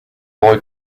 boy